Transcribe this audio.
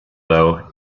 though